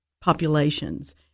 populations